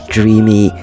Dreamy